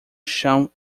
chão